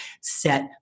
set